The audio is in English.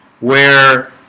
where